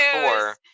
Four